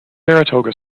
saratoga